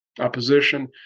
opposition